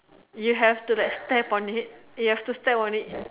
you have to like step on it you have to step on it